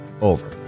over